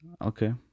Okay